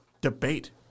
debate